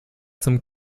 zum